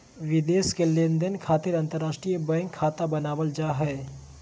विदेश के लेनदेन खातिर अंतर्राष्ट्रीय बैंक खाता बनावल जा हय